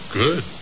good